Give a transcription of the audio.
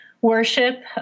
worship